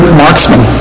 marksman